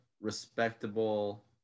respectable